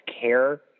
care